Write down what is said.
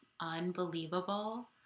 unbelievable